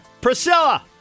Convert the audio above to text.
Priscilla